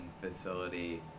facility